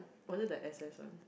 was it the s_s one